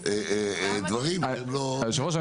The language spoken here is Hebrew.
יושב הראש,